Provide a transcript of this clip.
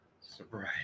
surprise